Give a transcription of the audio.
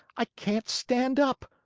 i can't stand up.